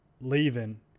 leaving